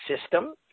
system